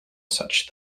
such